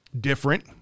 different